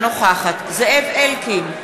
אינה נוכחת זאב אלקין,